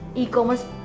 e-commerce